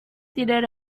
tidak